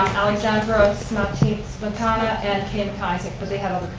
alexandra smatana, but and and kim isaac, but they had